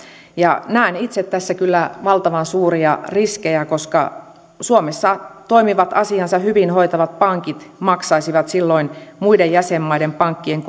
näen itse tässä kyllä valtavan suuria riskejä koska suomessa toimivat asiansa hyvin hoitavat pankit maksaisivat silloin muiden jäsenmaiden pankkien